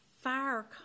fire